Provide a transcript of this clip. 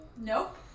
Nope